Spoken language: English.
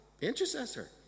intercessor